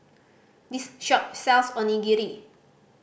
this shop sells Onigiri